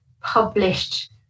published